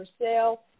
sale